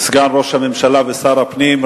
סגן ראש הממשלה ושר הפנים,